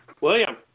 William